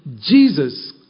Jesus